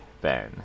Ben